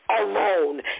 alone